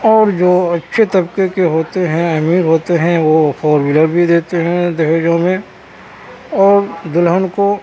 اور جو اچھے طبقے کے ہوتے ہیں امیر ہوتے ہیں وہ فور ویلر بھی دیتے ہیں دہیجوں میں اور دلہن کو